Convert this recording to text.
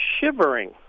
shivering